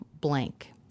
blank